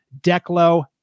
Declo